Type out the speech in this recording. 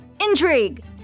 intrigue